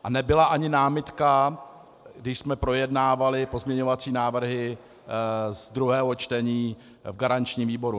A nebyla ani námitka, když jsme projednávali pozměňovací návrhy z druhého čtení v garančním výboru.